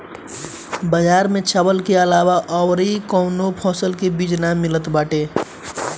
बजार में चावल के अलावा अउर कौनो फसल के बीज ना मिलत बा